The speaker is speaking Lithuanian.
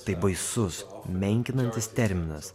tai baisus menkinantis terminas